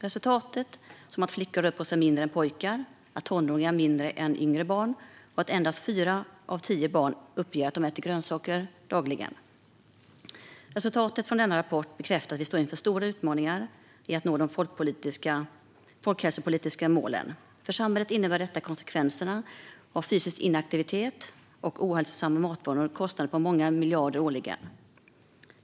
Rapporten visar att flickor rör på sig mindre än pojkar och tonåringar mindre än yngre barn, och endast fyra av tio barn uppger att de äter grönsaker dagligen. Resultaten av denna rapport bekräftar att vi står inför stora utmaningar i att nå de folkhälsopolitiska målen. För samhället är konsekvenserna av fysisk inaktivitet och ohälsosamma matvanor kostnader på många miljarder årligen.